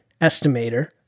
estimator